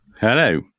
Hello